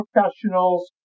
professionals